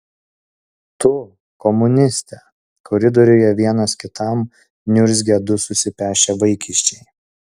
tu komuniste koridoriuje vienas kitam niurzgia du susipešę vaikiščiai